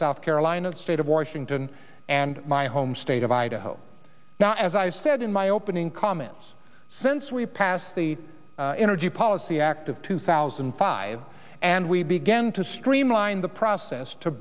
south carolina the state of washington and my home state of idaho now as i've said in my opening comments since we passed the energy policy act of two thousand and five and we began to streamline the process to